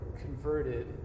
converted